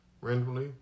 randomly